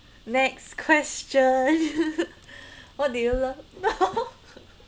next question what did you love no